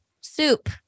soup